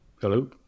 Hello